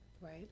Right